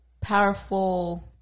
powerful